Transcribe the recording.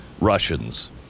Russians